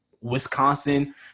Wisconsin